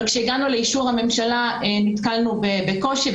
אבל כשהגענו לאישור הממשלה נתקלנו בקושי.